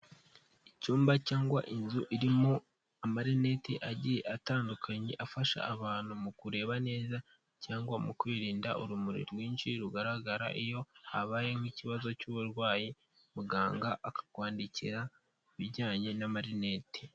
Icyumba cyangwa inzu irimo amarinete agiye atandukanye, afasha abantu mu kureba neza, cyangwa mu kwirinda urumuri rwinshi rugaragara iyo habaye nk'ikibazo cy'uburwayi muganga akakwandikira ibijyanye n'amarinete.